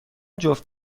جفت